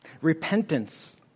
Repentance